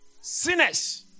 sinners